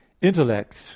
intellect